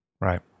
right